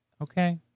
Okay